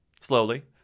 slowly